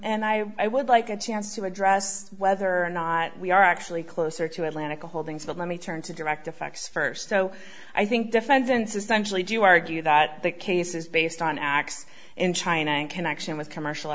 and i i would like a chance to address whether or not we are actually closer to atlantic holdings but let me turn to direct effects first so i think defendants essentially do argue that the case is based on acts in china in connection with commercial